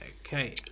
Okay